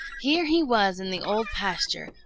here he was in the old pasture,